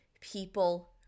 people